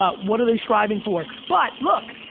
ah what are they striving for? but look,